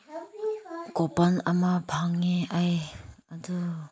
coupon ꯑꯃ ꯐꯪꯉꯦ ꯑꯩ ꯑꯗꯨ